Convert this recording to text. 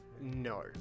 No